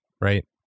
Right